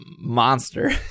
monster